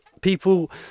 people